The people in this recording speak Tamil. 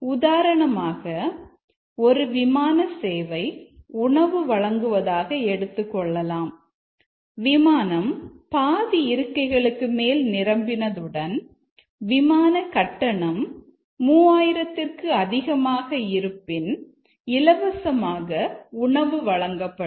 உதாரணமாக ஒரு விமான சேவை உணவு வழங்குவதாக எடுத்துக்கொள்ளலாம் விமானம் பாதி இருக்கைகளுக்கு மேல் நிரம்பினதுடன் விமான கட்டணம் 3000 ற்கு அதிகமாக இருப்பின் இலவசமாக உணவு வழங்கப்படும்